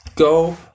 go